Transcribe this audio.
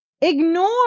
ignore